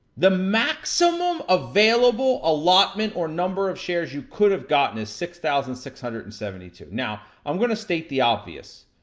the maximum available allotment or number of shares you could have gotten is six thousand six hundred and seventy two. now, i'm gonna state the obvious.